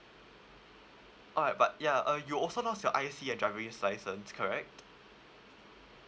ah but ya uh you also lost your I_C and driver's license correct